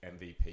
MVP